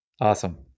Awesome